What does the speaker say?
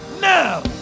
now